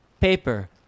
Paper